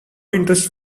interest